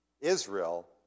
Israel